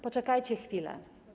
Poczekajcie chwilę/